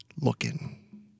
looking